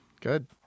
Good